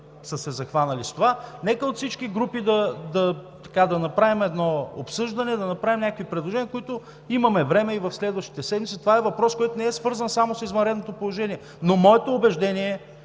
са се захванали с това, нека от всички групи да направим едно обсъждане, да направим някои предложения, за които имаме време и в следващите седмици. Това е въпрос, който не е свързан само с извънредното положение, но моето убеждение е,